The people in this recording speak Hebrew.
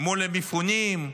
מול המפונים,